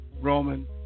Roman